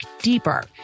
deeper